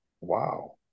wow